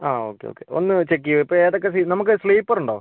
ആ okay okay ഒന്ന് check ചെയ്യുവോ ഇപ്പോൾ ഏതൊക്കെ നമുക്ക് സ്ലീപ്പർ ഉണ്ടോ